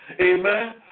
Amen